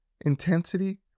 Intensity